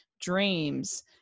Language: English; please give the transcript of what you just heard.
Dreams